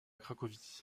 cracovie